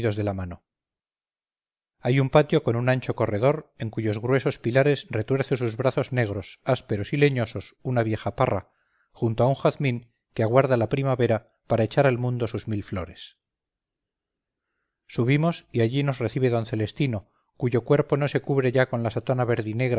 de las manos hay un patio con un ancho corredor en cuyos gruesos pilares retuerce sus brazos negros ásperos y leñosos una vieja parra junto a un jazmín que aguarda la primavera para echar al mundo sus mil flores subimos y allí nos recibe d celestino cuyo cuerpo no se cubre ya con la sotana